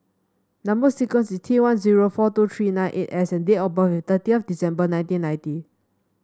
number sequence is T one zero four two three nine eight S and date of birth is thirty of December nineteen ninety